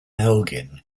elgin